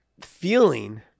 feeling